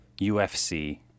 UFC